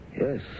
Yes